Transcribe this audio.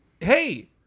Hey